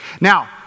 Now